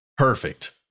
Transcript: Perfect